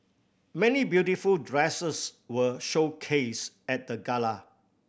many beautiful dresses were showcase at the gala